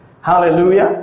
Hallelujah